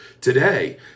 today